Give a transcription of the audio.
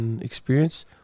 experience